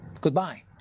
Goodbye